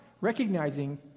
recognizing